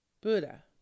Buddha